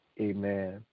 Amen